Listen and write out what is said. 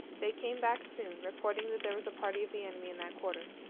they came back soon, reporting that there was a party of the enemy in that quarter.